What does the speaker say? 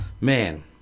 Man